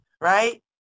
right